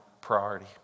priority